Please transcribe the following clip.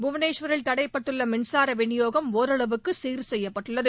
புவனேஸ்வரில் தடைப்பட்டுள்ள மின்சார விநியோகம் ஒரளவுக்கு சீர்செய்யப்பட்டுள்ளது